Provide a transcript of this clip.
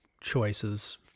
choices